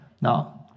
No